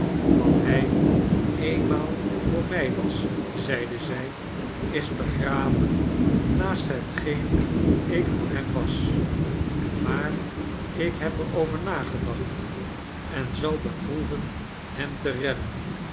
wat hij eenmaal voor mij was zeide zij is begraven naast hetgeen ik voor hem was maar ik heb er over nagedacht en zal beproeven hem te redden